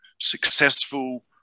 successful